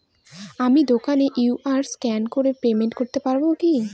আমি দোকানে QR scan করে পেমেন্ট করতে পারবো কি?